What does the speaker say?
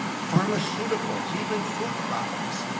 pharmaceuticals, even food products,